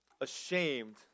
ashamed